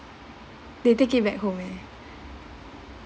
they take it back home eh